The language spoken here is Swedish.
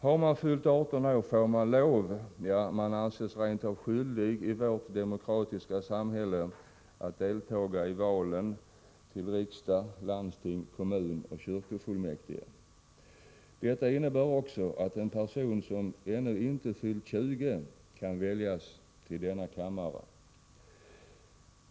Har man fyllt 18 år har man lov, ja man anses rent av skyldig i vårt demokratiska samhälle, att delta i valen till riksdag, landsting, kommun och kyrkofullmäktige. Detta innebär också att en person som inte fyllt 20 år kan väljas till denna kammare.